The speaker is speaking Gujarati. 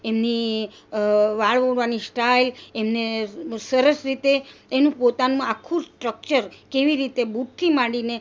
એની વાળ ઓળવાની સ્ટાઈલ એને સરસ રીતે એનું પોતાનું આખું સ્ટ્રક્ચર કેવી રીતે બુટથી માંડીને